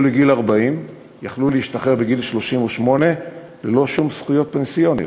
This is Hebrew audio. לגיל 40 יכלו להשתחרר בגיל 38 ללא שום זכויות פנסיוניות.